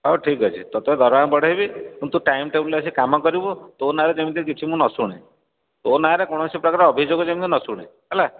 ହଉ ଠିକ୍ ଅଛି ତତେ ଦରମା ବଢ଼େଇବି କିନ୍ତୁ ତୁ ଟାଇମ୍ ଟେବୁଲ୍ରେ ଆସି କାମ କରିବୁ ତୋ ନାଁରେ ଯେମିତି କିଛି ମୁଁ ନ ଶୁଣେ ତୋ ନାଁରେ କୌଣସି ପ୍ରକାରେ ଅଭିଯୋଗ ମୁଁ ଯେମତି ଶୁଣେ ହେଲା